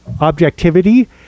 objectivity